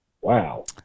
Wow